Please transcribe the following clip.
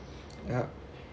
ya